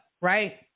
right